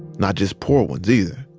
not just poor ones either.